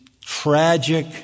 tragic